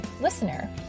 listener